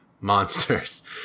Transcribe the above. monsters